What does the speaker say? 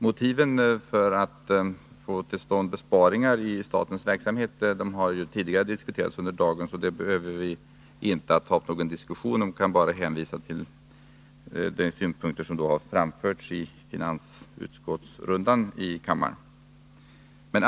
Motiven för att få till stånd besparingar i statens verksamhet har diskuterats tidigare under dagen, så det behöver vi inte ta upp någon diskussion om nu. Vi kan bara hänvisa till de synpunkter som framförts i finansutskottsrundan i kammaren.